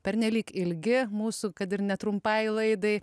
pernelyg ilgi mūsų kad ir netrumpai laidai